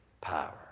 power